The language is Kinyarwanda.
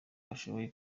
bashoboye